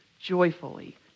joyfully